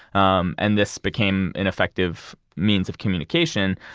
um and this became an effective means of communication.